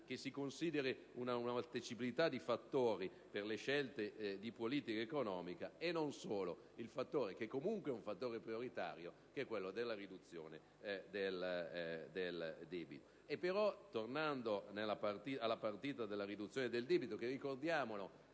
che si consideri una molteplicità di fattori per le scelte di politica economica e non solo il fattore, che comunque è prioritario, della riduzione del debito. Tornando alla partita della riduzione del debito, che, ricordiamolo,